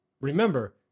Remember